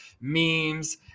memes